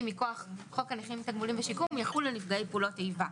מכוח חוק הנכים (תגמולים ושיקום) יחולו על נפגעי פעולות איבה.